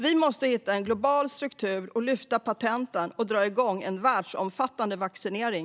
Vi måste hitta en global struktur, lyfta patenten och dra igång en världsomfattande vaccinering.